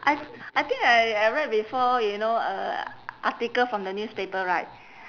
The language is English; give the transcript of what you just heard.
I I think I I read before you know a article from the newspaper right